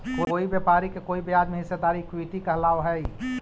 कोई व्यापारी के कोई ब्याज में हिस्सेदारी इक्विटी कहलाव हई